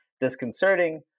disconcerting